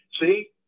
See